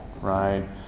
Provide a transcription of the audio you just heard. right